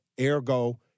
ergo